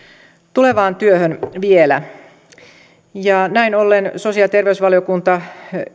tulevaan työhön näin ollen sosiaali ja terveysvaliokunta